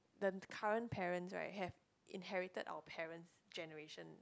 the current parents right have inherited our parents generation